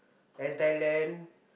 and Thailand